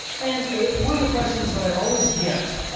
and one of the questions that i always get,